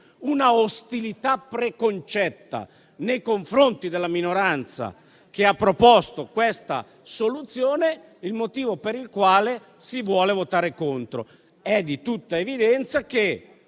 un'ostilità preconcetta nei confronti della minoranza che ha proposto questa soluzione, per il quale si vuole votare contro. È di tutta evidenza che,